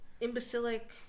imbecilic